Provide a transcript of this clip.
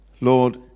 Lord